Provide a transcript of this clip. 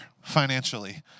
financially